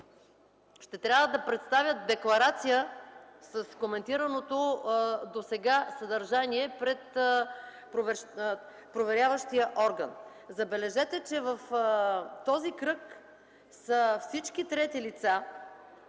ще трябва да представят декларация с коментираното досега съдържание пред проверяващия орган. Забележете, че в този кръг са всички трети лица,